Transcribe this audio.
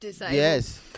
yes